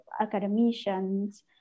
academicians